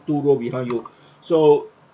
two row behind you so